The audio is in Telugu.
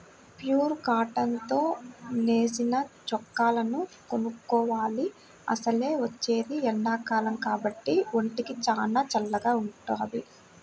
ప్యూర్ కాటన్ తో నేసిన చొక్కాలను కొనుక్కోవాలి, అసలే వచ్చేది ఎండాకాలం కాబట్టి ఒంటికి చానా చల్లగా వుంటది